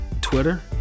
Twitter